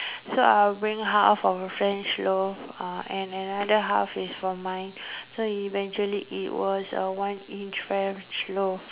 so I will bring half of a French loaf uh and another half is for mine so eventually it was a one inch French loaf